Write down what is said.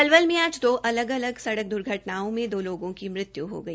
पलवल में आज दो अलग अलग सड़क द्र्घटनाओं के दो लोगों की मत्य् हो गई